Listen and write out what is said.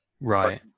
right